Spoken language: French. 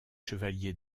chevalier